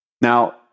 Now